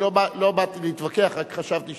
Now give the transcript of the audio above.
אני לא באתי להתווכח, רק חשבתי